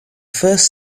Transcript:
first